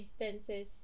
instances